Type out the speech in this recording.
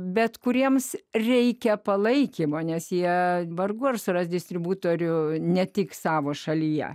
bet kuriems reikia palaikymo nes jie vargu ar suras distributorių ne tik savo šalyje